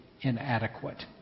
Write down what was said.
inadequate